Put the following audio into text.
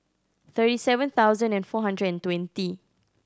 thirty seven thousand and four hundred and twenty